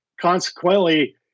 consequently